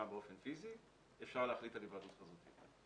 באופן פיסי אפשר להחליט על היוועדות חזותית.